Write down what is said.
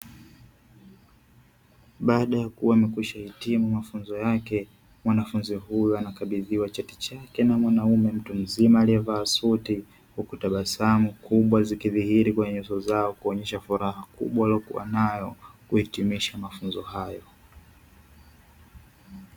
Baada ya kuwa amekwisha hitimu mafunzo yake mwanafunzi huyo anakabidhiwa cheti chake na mwanamume mtu mzima aliyevaa suti, huku tabasamu kubwa zikidhihiri kwenye uso zao kuonyesha furaha kubwa aliyokuwanayo kuitimisha mafunzo hayo.